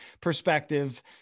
perspective